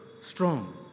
strong